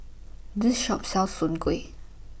This Shop sells Soon Kway